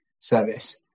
service